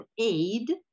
aid